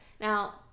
now